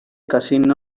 cousin